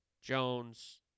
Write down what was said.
Jones